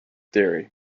theory